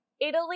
Italy